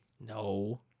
No